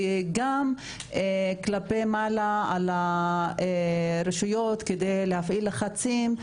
וגם כלפי מעלה על הרשויות כדי להפעיל לחצים,